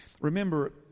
remember